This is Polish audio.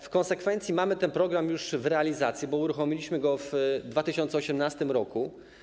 W konsekwencji mamy ten program już w realizacji, uruchomiliśmy go w 2018 r.